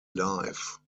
life